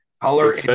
color